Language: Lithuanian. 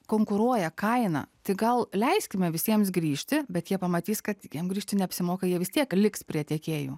konkuruoja kaina tai gal leiskime visiems grįžti bet jie pamatys kad jiem grįžti neapsimoka jie vis tiek liks prie tiekėjų